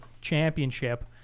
Championship